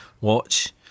watch